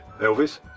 Elvis